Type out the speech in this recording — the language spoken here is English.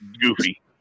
goofy